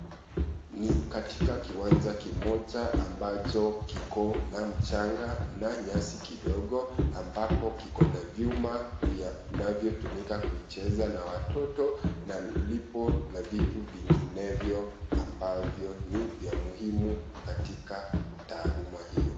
N katika kiwanja kimoja ,ambacho kiko na mchanga na nyasi kidogo, ambapo kiko na vyuma vya vinavyotumiwa tumika kucheza na watoto na lipo na vitu vinginevyo ambavyo ni vya muhimu katika taaluma hiyo.